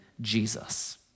Jesus